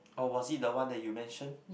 or was it that one that you mention